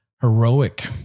heroic